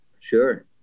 Sure